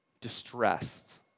distressed